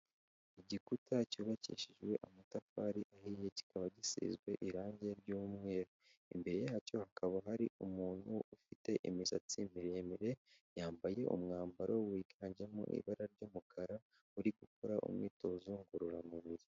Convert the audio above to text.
Igikuta cyubakishijwe amatafari ahiye kikaba gisizwe irangi ry'umweru, imbere yacyo hakaba hari umuntu ufite imisatsi miremire yambaye umwambaro wiganjemo ibara ry'umukara uri gukora umwitozo ngororamubiri.